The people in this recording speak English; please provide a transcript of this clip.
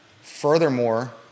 Furthermore